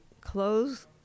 close